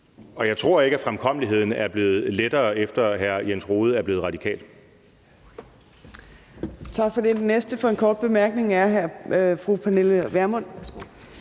og jeg tror ikke, at fremkommeligheden er blevet lettere, efter hr. Jens Rohde er blevet radikal.